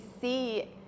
see